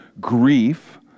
grief